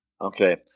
Okay